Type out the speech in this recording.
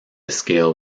scale